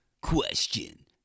Question